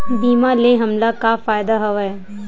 बीमा ले हमला का फ़ायदा हवय?